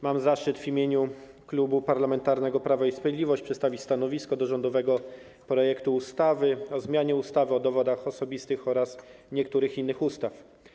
Mam zaszczyt w imieniu Klubu Parlamentarnego Prawo i Sprawiedliwość przedstawić stanowisko wobec rządowego projektu ustawy o zmianie ustawy o dowodach osobistych oraz niektórych innych ustaw.